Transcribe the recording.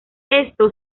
esto